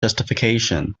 justification